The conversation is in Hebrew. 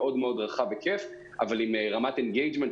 מאוד רחב וכיף אבל עם רמת אנגייג'מנט,